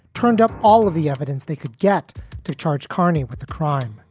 turned up all of the evidence they could get to charge carney with the crime.